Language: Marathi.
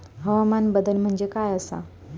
हवामान बदल म्हणजे काय आसा?